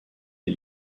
les